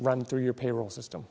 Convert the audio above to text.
run through your payroll system